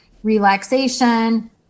relaxation